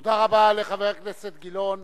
תודה רבה לחבר הכנסת גילאון.